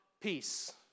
Peace